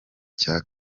cya